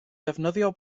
defnyddio